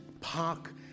park